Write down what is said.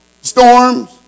storms